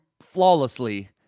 flawlessly